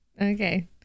Okay